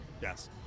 Yes